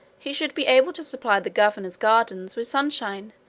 he should be able to supply the governor's gardens with sunshine,